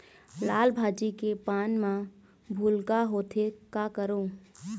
लाल भाजी के पान म भूलका होवथे, का करों?